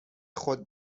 خود